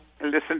listen